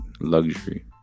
luxury